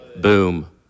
Boom